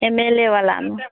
M L A वलामे